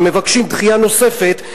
ומבקשים דחייה נוספת,